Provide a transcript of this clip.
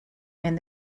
and